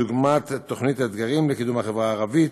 דוגמת תוכנית אתגרים לקידום החברה הערבית,